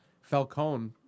Falcone